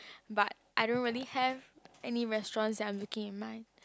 but I don't really have any restaurant that I am looking in mind